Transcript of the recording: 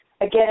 Again